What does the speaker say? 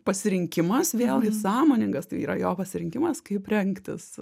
pasirinkimas vėlgi sąmoningas tai yra jo pasirinkimas kaip rengtis